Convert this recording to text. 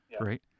right